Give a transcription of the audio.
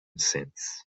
since